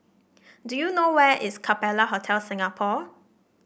do you know where is Capella Hotel Singapore